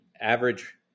average